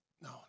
No